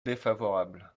défavorable